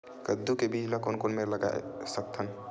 कददू के बीज ला कोन कोन मेर लगय सकथन?